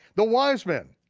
the wise men,